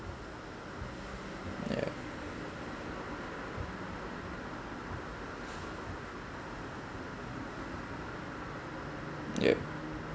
ya yup